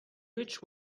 which